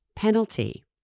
penalty